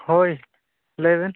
ᱦᱳᱭ ᱞᱟᱹᱭᱵᱮᱱ